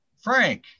Frank